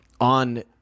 on